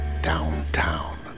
downtown